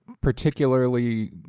particularly